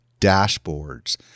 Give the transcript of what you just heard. dashboards